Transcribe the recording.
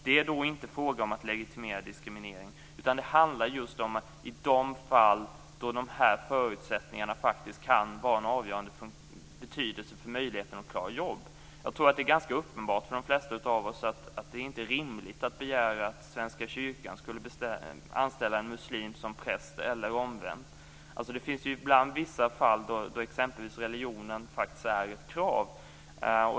Det är då inte fråga om att legitimera diskriminering, utan det handlar just om de fall då de här förutsättningarna faktiskt kan ha en avgörande betydelse för möjligheten att klara ett jobb. Jag tror att det är ganska uppenbart för de flesta av oss att det inte är rimligt att begära att Svenska kyrkan skall anställa en muslim som präst eller omvänt. Det finns ju ibland vissa fall då exempelvis religionen faktiskt är ett krav.